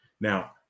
Now